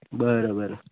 बरं बरं